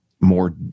more